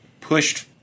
Pushed